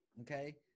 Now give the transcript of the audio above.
okay